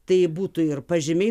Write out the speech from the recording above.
tai būtų ir pažymiai